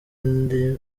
ndi